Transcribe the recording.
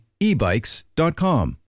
ebikes.com